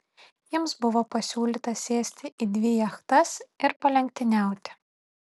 jiems buvo pasiūlyta sėsti į dvi jachtas ir palenktyniauti